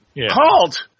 halt